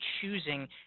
choosing